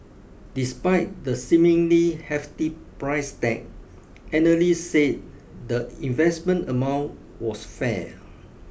despite the seemingly hefty price tag analysts said the investment amount was fair